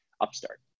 Upstart